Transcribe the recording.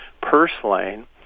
purslane